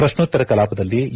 ಪ್ರಶ್ನೋತ್ತರ ಕಲಾಪದಲ್ಲಿ ಎ